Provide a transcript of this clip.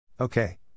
Okay